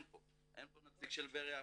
אין פה נציג של באר יעקב,